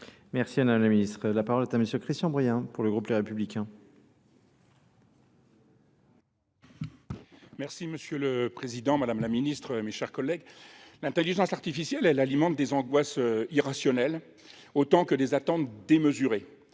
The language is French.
Merci Anna la ministre. est à monsieur Christian Brien pour le groupe Les Républicains. Merci Monsieur le Président, Madame la Ministre, mes chers collègues. L'intelligence artificielle elle alimente des angoisses irrationnelles autant que des attentes démesurées.